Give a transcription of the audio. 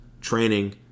training